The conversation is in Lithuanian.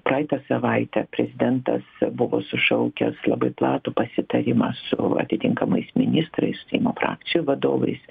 praeitą savaitę prezidentas buvo sušaukęs labai platų pasitarimą su atitinkamais ministrais seimo frakcijų vadovais